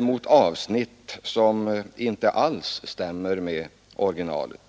mot avsnitt som inte alls stämmer med originalet.